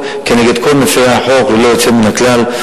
נגד כל מפירי החוק ללא יוצא מן הכלל,